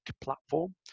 platform